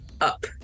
up